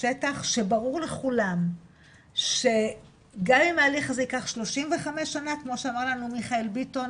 שטח שברור לכולם שגם אם ההליך הזה ייקח 35 שנה כמו שאמר לנו מיכאל ביטון